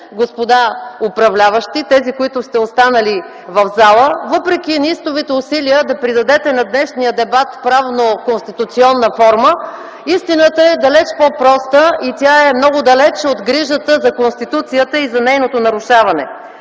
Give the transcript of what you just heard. господа управляващи, тези, които сте останали в залата, въпреки неистовите усилия да придадете на днешния дебат правно-конституционна форма, истината е далеч по-проста и тя е много далеч от грижата за Конституцията и за нейното нарушаване.